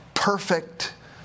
Perfect